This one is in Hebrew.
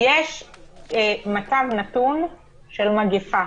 יש מצב נתון של מגפה,